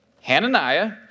Hananiah